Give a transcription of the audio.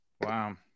Wow